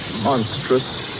monstrous